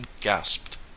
gasped